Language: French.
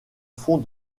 fond